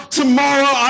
tomorrow